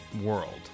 World